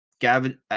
Gavin